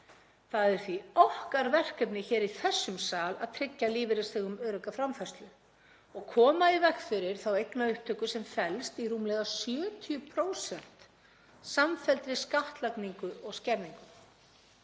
Það er því okkar verkefni hér í þessum sal að tryggja lífeyrisþegum örugga framfærslu og koma í veg fyrir þá eignaupptöku sem felst í rúmlega 70% samfelldri skattlagningu og skerðingu.